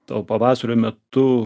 to pavasario metu